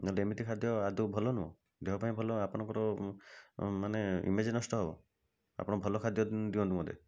ନହେଲେ ଏମିତି ଖାଦ୍ୟ ଆଦୌ ଭଲ ନୁହଁ ଦେହ ପାଇଁ ଭଲ ଆପଣଙ୍କର ମାନେ ଇମେଜ୍ ନଷ୍ଟ ହବ ଆପଣ ଭଲ ଖାଦ୍ୟ ଦିଅନ୍ତୁ ମତେ